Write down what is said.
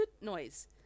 noise